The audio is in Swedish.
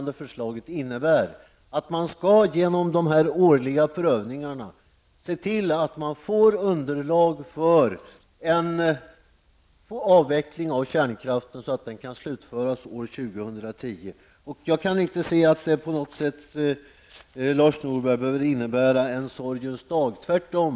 Det innebär att man genom dessa årliga prövningar skall se till att man får underlag för en avveckling av kärnkraften, så att den kan slutföras år 2010. Jag kan inte, Lars Norberg, se att det behöver innebära en sorgens dag -- tvärtom.